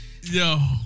Yo